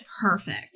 perfect